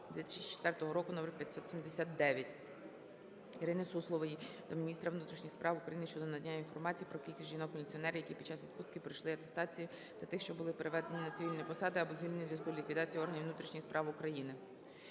2004 року № 579. Ірини Суслової до міністра внутрішніх справ України щодо надання інформації про кількість жінок-міліціонерів, які під час відпустки пройшли атестацію, та тих, що були переведені на цивільні посади або звільнені у зв'язку з ліквідацією органів внутрішніх справ України.